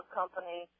company